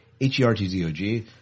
h-e-r-t-z-o-g